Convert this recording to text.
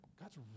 God's